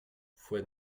fue